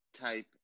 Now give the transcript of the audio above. type